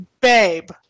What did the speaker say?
babe